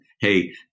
hey